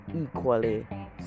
equally